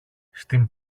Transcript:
στην